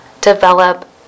develop